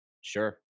Sure